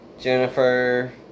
Jennifer